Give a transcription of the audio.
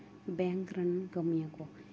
bank ᱨᱮᱱ ᱠᱟᱹᱢᱤᱭᱟᱹ ᱠᱚ